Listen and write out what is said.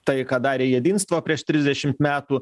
tai ką darė jedinstvo prieš trisdešimt metų